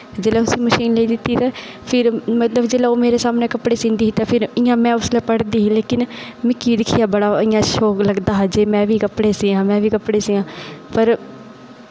जिसलै उन्ने मशीन लैती ते ओह् मेरे सामनै कपड़े सीहंदी ही ते उसलै में पढ़दी ही पर इंया दिक्खियाै मिगी बड़ा शौक लगदा हा जेल्लै बी कपड़े सीआं में बी कपड़े सीआं पर